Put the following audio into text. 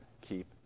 keep